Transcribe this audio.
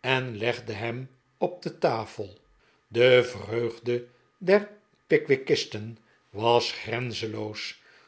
en legde hem op de tafel de vreugde der pickwickisten was grenzenloos